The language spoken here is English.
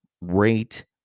rate